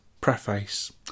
preface